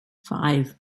five